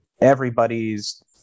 everybody's